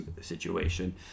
situation